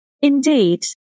indeed